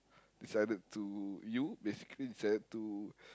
decided to you basically decided to